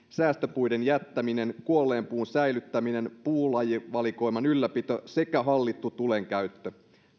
säästöpuiden jättäminen kuolleen puun säilyttäminen puulajivalikoiman ylläpito sekä hallittu tulenkäyttö